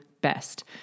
best